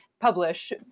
publish